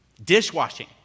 Dishwashing